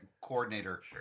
coordinator